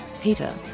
Peter